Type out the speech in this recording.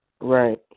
Right